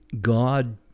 God